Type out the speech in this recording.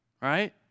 right